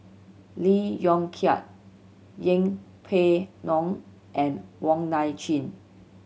Lee Yong Kiat Yeng Pway Ngon and Wong Nai Chin